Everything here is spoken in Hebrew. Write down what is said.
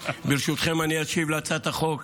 ברשותכם, אני אשיב על הצעת החוק